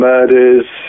Murders